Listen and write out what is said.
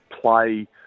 play